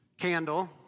candle